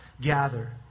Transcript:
gather